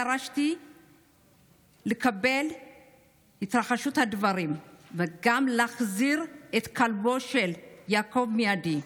דרשתי לקבל את התרחשות הדברים וגם להחזיר את כלבו של יעקב מיידית.